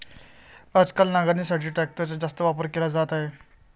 आजकाल नांगरणीसाठी ट्रॅक्टरचा जास्त वापर केला जात आहे